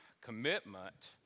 commitment